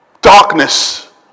darkness